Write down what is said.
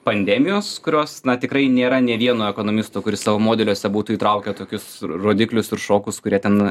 pandemijos kurios na tikrai nėra nė vieno ekonomisto kuris savo modeliuose būtų įtraukę tokius rodiklius ir šokus kurie ten